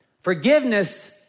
Forgiveness